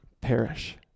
perish